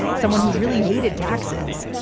someone who really hated taxes,